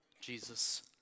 Jesus